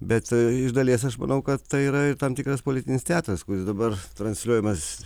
bet iš dalies aš manau kad tai yra ir tam tikras politinis teatras kuris dabar transliuojamas